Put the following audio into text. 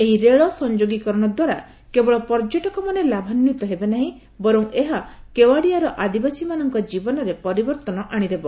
ଏହି ରେଳ ସଂଯୋଗୀକରଣ ଦ୍ୱାରା କେବଳ ପର୍ଯ୍ୟଟକମାନେ ଲାଭାନ୍ୱିତ ହେବେ ନାହିଁ ବର୍ଚ ଏହା କେୱାଡିଆର ଆଦିବାସୀମାନଙ୍କ ଜୀବନରେ ପରିବର୍ତ୍ତନ ଆଶିଦେବ